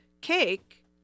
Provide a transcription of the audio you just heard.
cake